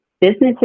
Businesses